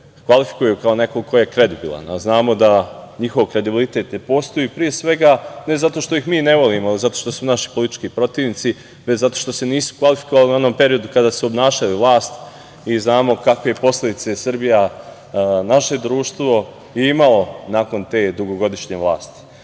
kvalifikuju kao nekog ko je kredibilan. Znamo da njihov kredibilitet ne postoji pre svega ne zato što ih mi ne volimo, zato što su naši politički protivnici, već zato što se nisu kvalifikovali u onom periodu kada su obnašali vlast i znamo kakve posledice je Srbija, naše društvo imala nakon te dugogodišnje vlasti.U